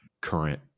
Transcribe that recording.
current